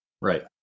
Right